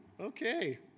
Okay